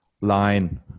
line